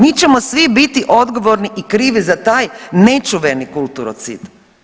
Mi ćemo svi biti odgovorni i krivi za taj nečuveni kulturocid.